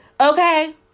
okay